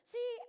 See